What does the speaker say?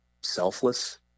selfless